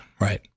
right